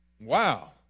Wow